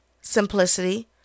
simplicity